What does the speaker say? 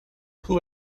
who